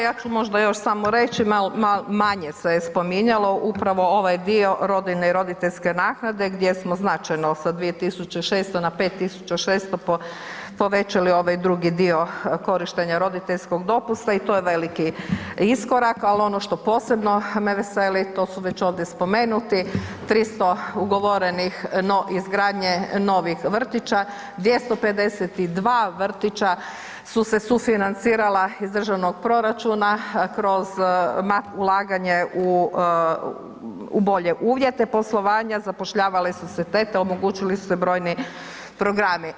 Ja ću možda još samo reći, manje se je spominjalo upravo ovaj dio rodiljne i roditeljske naknade gdje smo značajno sa 2.600 na 5.600 povećali ovaj drugi dio korištenja roditeljskog dopusta i to je veliki iskorak, ali ono što posebno me veseli to su već ovdje spomenuti 300 ugovorenih, izgradnje novih vrtića, 252 vrtića su se sufinancirala iz državnog proračuna kroz ulaganje u bolje uvjete poslovanja, zapošljavale su se tete, omogućili su se brojni programi.